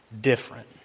different